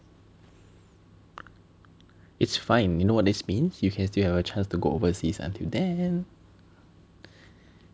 it's fine you know what this means you can still have a chance to go overseas until then